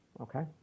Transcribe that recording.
okay